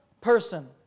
person